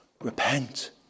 repent